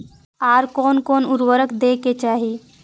आर कोन कोन उर्वरक दै के चाही?